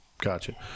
Gotcha